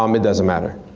um it doesn't matter.